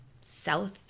South